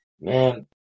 Man